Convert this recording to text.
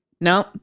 no